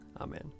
Amen